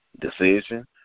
decision